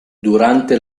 durante